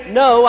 no